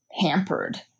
hampered